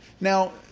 now